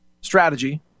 strategy